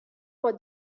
for